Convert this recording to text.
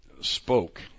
spoke